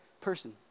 person